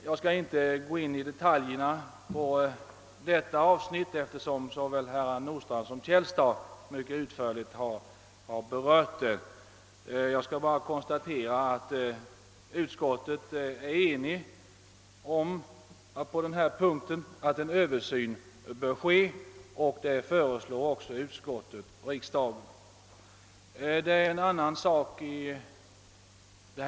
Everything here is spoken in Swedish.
Jag skall i detta avsnitt inte gå in på detaljer, eftersom både herr Nordstrandh och herr Källstad mycket utförligt berört den frågan. Jag skall bara konstatera att utskottet är enigt om att en översyn bör ske, och utskottet föreslår också riksdagen att hemställa om en sådan.